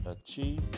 achieve